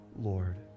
Lord